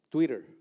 Twitter